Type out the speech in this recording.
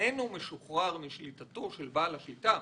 איננו משוחרר משליטתו של בעל השליטה,